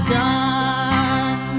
done